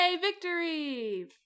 victory